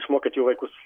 išmokyti vaikus